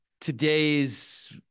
Today's